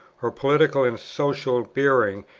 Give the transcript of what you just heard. her political and social bearing,